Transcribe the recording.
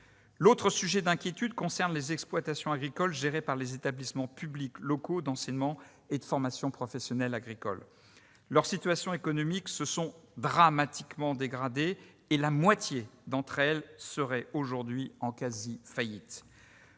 autre motif d'inquiétude concerne les exploitations agricoles gérées par les établissements publics locaux d'enseignement et de formation professionnelle agricoles. Leur situation économique s'est dramatiquement dégradée, et la moitié d'entre elles seraient aujourd'hui en quasi-faillite.